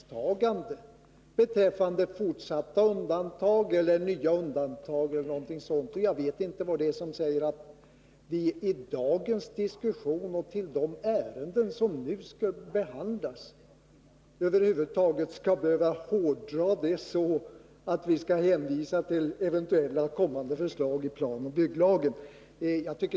Jag har i varje fall inte kunnat utläsa något sådant ställningstagande. Och jag vet inte vad det är som säger att vi i dagens diskussion om de ärenden som nu behandlas över huvud taget skall behöva hårdra det hela så, att vi skall hänvisa till eventuellt kommande förslag i planoch bygglagen.